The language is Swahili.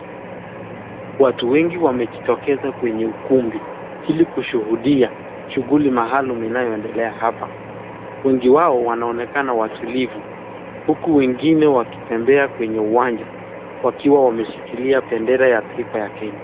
Watu wengi wamejitokeza kwenye ukumbi ili kushuhudia shughuli maalum inayoendelea hapa. Wengi wao wanaonekana watulivu uku wengine wakitembea kwenye uwanja wakiwa wameshikilia bendera ya taifa ya Kenya.